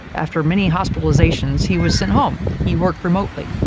after many hospitalizations, he was sent home, he worked remotely.